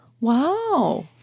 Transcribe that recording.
Wow